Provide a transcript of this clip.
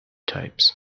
types